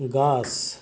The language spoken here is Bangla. গাছ